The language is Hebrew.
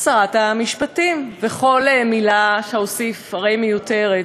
שרת המשפטים, וכל מילה שאוסיף הרי היא מיותרת.